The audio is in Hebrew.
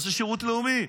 שיעשה שירות לאומי.